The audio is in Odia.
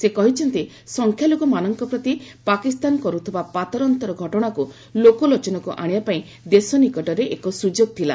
ସେ କହିଛନ୍ତି ସଂଖ୍ୟାଲଘୁମାନଙ୍କ ପ୍ରତି ପାକିସ୍ତାନ କରୁଥିବା ପାତର ଅନ୍ତର ଘଟଣାକୁ ଲୋକଲୋଚନକୁ ଆଶିବାପାଇଁ ଦେଶ ନିକଟରେ ଏକ ସୁଯୋଗ ଥିଲା